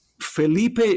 Felipe